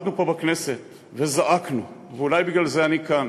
עמדנו פה בכנסת וזעקנו, ואולי בגלל זה אני כאן,